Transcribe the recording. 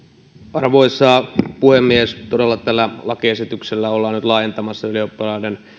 arvoisa puhemies todella tällä lakiesityksellä ollaan nyt laajentamassa ylioppilaiden